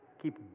keep